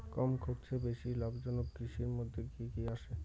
কম খরচে বেশি লাভজনক কৃষির মইধ্যে কি কি আসে?